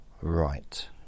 right